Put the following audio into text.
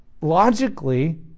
logically